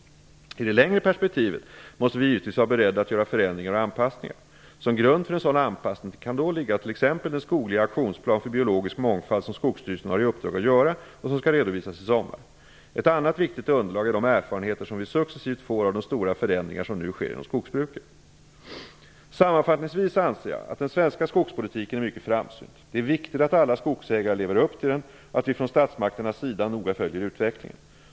I det längre perspektivet måste vi givetvis vara beredda att göra förändringar och anpassningar. Som grund för en sådan anpassning kan då ligga t.ex. den skogliga aktionsplan för biologisk mångfald som Skogsstyrelsen har i uppdrag att göra och som skall redovisas i sommar. Ett annat viktigt underlag är de erfarenheter som vi successivt får av de stora förändringar som nu sker inom skogsbruket. Sammanfattningsvis anser jag att den svenska skogspolitiken är mycket framsynt. Det är viktigt att alla skogsägare lever upp till den och att vi från statsmakternas sida noga följer utvecklingen.